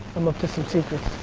i'm up to some secrets,